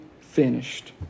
finished